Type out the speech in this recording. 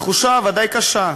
התחושה ודאי קשה,